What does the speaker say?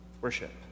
worship